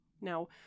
Now